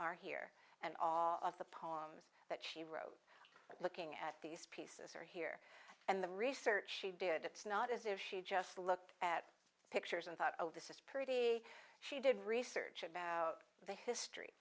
are here and all of the poems that she wrote looking at these pieces are here and the research she did it's not as if she just looked at pictures and thought oh this is pretty she did research about the history